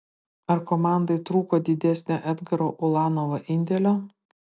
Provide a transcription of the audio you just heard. ar komandai trūko didesnio edgaro ulanovo indėlio